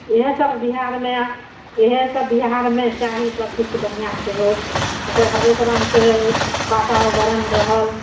इएहसब बिहारमे इएहसब बिहारमे चाही सबकिछु बढ़िआँसँ होइ हरेक रङ्गके वातावरण रहल